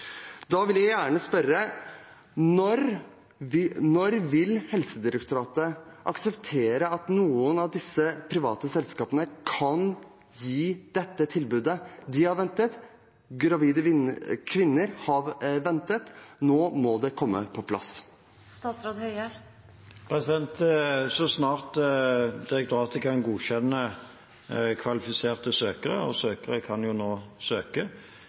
Da vil jeg gjerne spørre: Når vil Helsedirektoratet akseptere at noen av disse private selskapene kan gi dette tilbudet? De har ventet, gravide kvinner har ventet. Nå må det komme på plass. Det er så snart direktoratet kan godkjenne kvalifiserte søkere, og søkere kan jo nå søke.